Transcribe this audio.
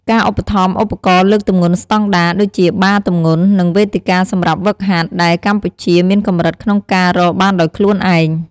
ការឧបត្ថម្ភឧបករណ៍លើកទម្ងន់ស្តង់ដារ ដូចជាបារទម្ងន់ និងវេទិកាសម្រាប់ហ្វឹកហាត់ ដែលកម្ពុជាមានកម្រិតក្នុងការរកបានដោយខ្លួនឯង។